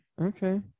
Okay